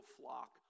flock